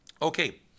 Okay